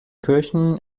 kirchen